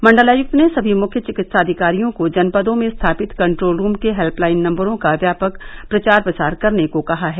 मंडलायुक्त ने सभी मुख्य चिकित्साधिकारियों को जनपदों में स्थापित कन्ट्रोल रूम के हेल्पलाइन नंबरों का व्यापक प्रचार प्रसार करने को कहा है